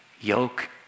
yoke